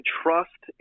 trust